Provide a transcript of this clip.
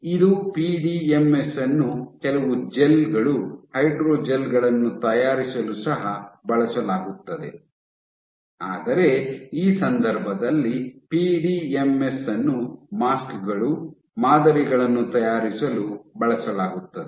ಇದು ಪಿಡಿಎಂಎಸ್ ಅನ್ನು ಕೆಲವು ಜೆಲ್ ಗಳು ಹೈಡ್ರೋಜೆಲ್ ಗಳನ್ನು ತಯಾರಿಸಲು ಸಹ ಬಳಸಲಾಗುತ್ತದೆ ಆದರೆ ಈ ಸಂದರ್ಭದಲ್ಲಿ ಪಿಡಿಎಂಎಸ್ ಅನ್ನು ಮಾಸ್ಕ್ ಗಳು ಮಾದರಿಗಳನ್ನು ತಯಾರಿಸಲು ಬಳಸಲಾಗುತ್ತದೆ